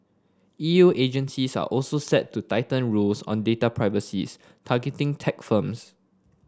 E U agencies are also set to tighten rules on data privacy's targeting tech firms